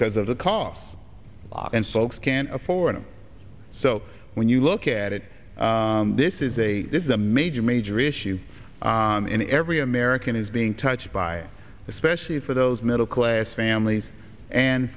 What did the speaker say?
because of the costs and folks can't afford it so when you look at it this is a this is a major major issue in every american is being touched by especially for those middle class families and